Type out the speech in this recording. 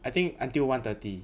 I think until one thirty